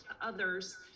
others